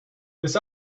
this